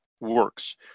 works